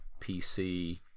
PC